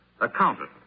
accountant